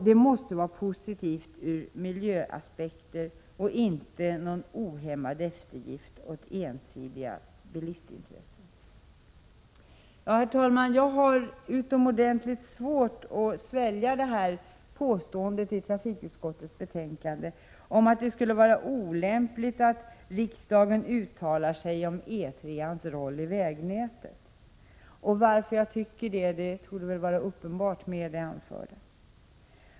Det måste vara positivt också ur miljöaspekterna och inte någon ohämmad eftergift åt ensidiga bilistintressen. Herr talman! Jag har utomordentligt svårt att svälja trafikutskottets påstående om att det skulle vara olämpligt att riksdagen uttalar sig om E 3-ans roll i vägnätet. Anledningen är väl efter det anförda uppenbar.